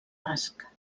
basc